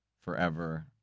forever